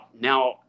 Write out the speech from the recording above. now